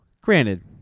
Granted